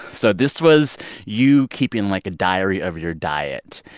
so this was you keeping, like, a diary of your diet.